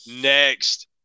next